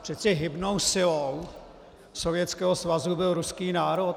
Přeci hybnou silou Sovětského svazu byl ruský národ.